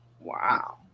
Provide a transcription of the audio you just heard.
Wow